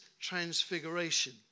transfiguration